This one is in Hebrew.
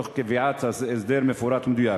תוך קביעת הסדר מפורט ומדויק.